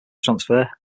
transfer